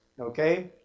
okay